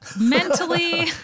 Mentally